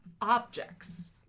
objects